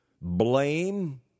blame